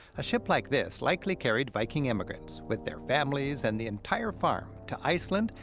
a ship like this likely carried viking immigrants with their families and the entire farm to iceland,